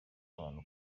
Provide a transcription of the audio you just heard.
abantu